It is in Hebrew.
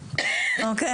להב"ה --- לא,